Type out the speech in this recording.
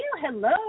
hello